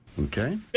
Okay